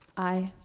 aye.